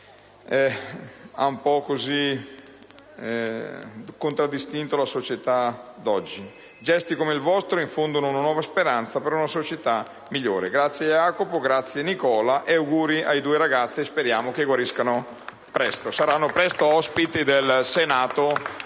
che contraddistinguono la società di oggi. Gesti come il vostro infondono una nuova speranza per una società migliore. Grazie Jacopo, grazie Nicola e auguri ai due ragazzi, nella speranza che guariscano presto. Essi saranno presto ospiti del Senato